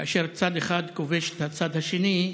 כאשר צד אחד פוגש את הצד השני,